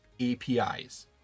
APIs